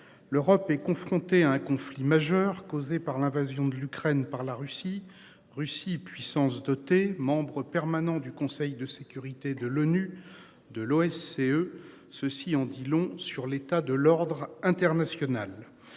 L'Europe est confrontée à un conflit majeur causé par l'invasion de l'Ukraine par la Russie Russie puissance dotée et membre permanent du Conseil de sécurité de l'ONU de l'OSCE ceci en dit long sur l'état de l'ordre international